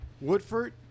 Woodford